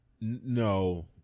No